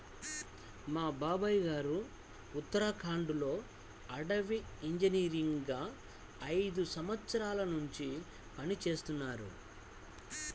మా బాబాయ్ గారు ఉత్తరాఖండ్ లో అటవీ ఇంజనీరుగా ఐదు సంవత్సరాల్నుంచి పనిజేత్తన్నారు